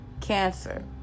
Cancer